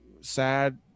sad